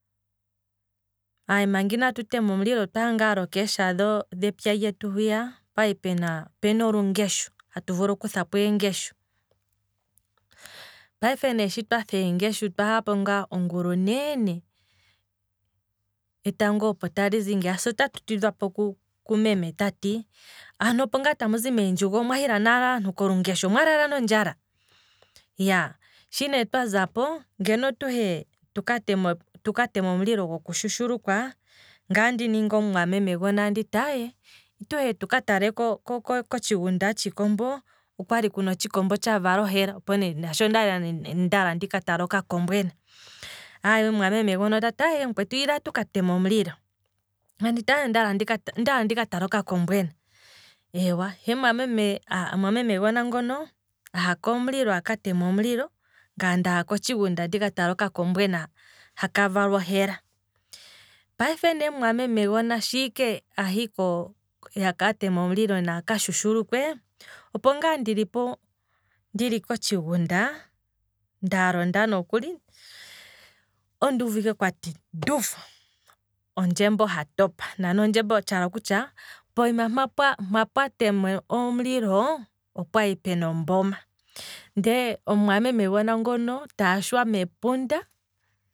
Aye manga inatu tema omulilo, otwaha ngaa lokeesha dhepya luetu hwiya, opwali pena opuna olungeshu hatu vulu okuthapo eengeshu, payife ne shi twatha eengeshu otwahapo naana ongula onene, etango opo talizi ngiya se otatu tidhwapo kumeme tati, aantu opongaa taazi meendjugo ne omwahila nale aantu kolungeshu, omwalala nondjala? Iyaa, shi nee twazapo ngeno tuhe tuka teme omulilo goku shushulukwa, ngaye andi ningi omumwameme gumwe anditi, ila tuka tale kotshiggunda tshiikombo, okwali kuna otshikombo tshimwe tsha vala ohela, shaashi ondali ndaala ndika tale oka kombwena, aye mwameme gona otati aye mukwetu ila tuka teme omulilo, ngaye anditi aye ondaala ndika tale oka kombwena, he mumwameme gona ngono, aha aka teme omulilo manga ngaye ndaha kotshigunda ndika tale oka kombwena hakavalwa ohela, payife neemwameme gona shi ike ahiko aka teme omulilo, manga ngaa ndilipo ndili kotshigunda nda londa nokuli, onduuvu ike kwati nduuuf, ondjembo hatopa, nani ondjembo pooma mpa pwatemwa omulilo, opwali pena omboma, ndele omumwameme gona ngono taashwa mepunda